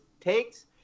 takes